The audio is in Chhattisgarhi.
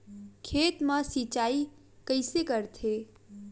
खेत मा सिंचाई कइसे करथे?